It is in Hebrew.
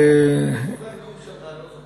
אני זוכר נאום שלך,